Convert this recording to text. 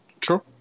True